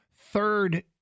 Third